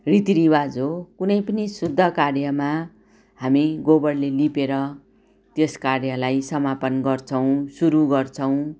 रीति रिवाज हो कुनै पनि शुद्ध कार्यमा हामी गोबरले लिपेर त्यस कार्यलाई समापन गर्छौँ सुरू गर्छौँ